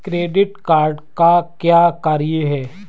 Credit card का क्या कार्य है?